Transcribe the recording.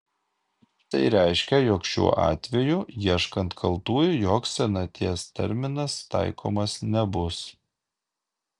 tai reiškia jog šiuo atveju ieškant kaltųjų joks senaties terminas taikomas nebus